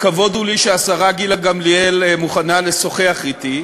לכבוד הוא לי שהשרה גילה גמליאל מוכנה לשוחח אתי.